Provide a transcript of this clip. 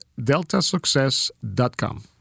deltasuccess.com